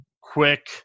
quick –